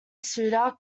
suda